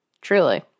truly